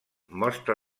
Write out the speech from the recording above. mostra